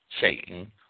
Satan